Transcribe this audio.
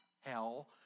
hell